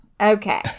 Okay